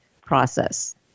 process